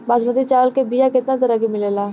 बासमती चावल के बीया केतना तरह के मिलेला?